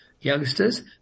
youngsters